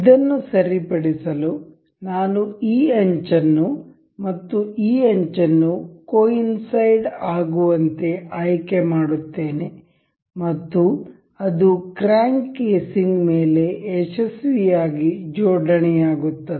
ಇದನ್ನು ಸರಿಪಡಿಸಲು ನಾನು ಈ ಅಂಚನ್ನು ಮತ್ತು ಈ ಅಂಚನ್ನು ಕೋ ಇನ್ಸೈಡ್ ಆಗುವಂತೆ ಆಯ್ಕೆ ಮಾಡುತ್ತೇನೆ ಮತ್ತು ಅದು ಕ್ರ್ಯಾಂಕ್ ಕೇಸಿಂಗ್ ಮೇಲೆ ಯಶಸ್ವಿಯಾಗಿ ಜೋಡಣೆಯಾಗುತ್ತದೆ